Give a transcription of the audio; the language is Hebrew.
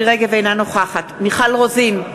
אינה נוכחת מיכל רוזין,